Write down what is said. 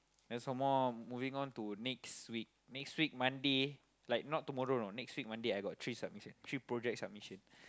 and some more moving on to next week next week Monday like not tomorrow you know next week Monday I got three submission three project submission